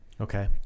Okay